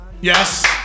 Yes